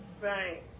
Right